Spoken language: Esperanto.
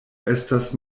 estas